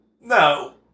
no